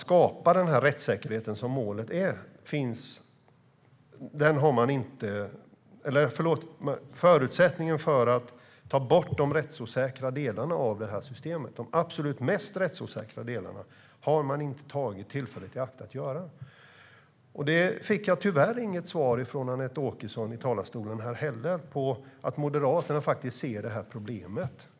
Man har dock inte tagit tillfället i akt att ta bort de absolut mest rättsosäkra delarna av systemet. Jag fick tyvärr inte heller något besked från Anette Åkesson i talarstolen om huruvida Moderaterna faktiskt ser det här problemet.